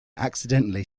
accidentally